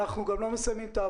אנחנו גם לא מסיימים כאן את